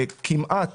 כמעט